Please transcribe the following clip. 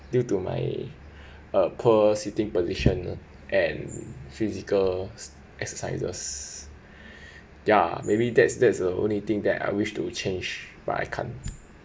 due to my ah poor sitting position and physical exercises ya maybe that's that's the only thing that I wish to change but I can't